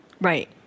Right